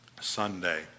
Sunday